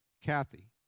Kathy